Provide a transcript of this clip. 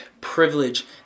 privilege